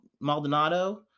Maldonado